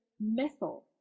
methyl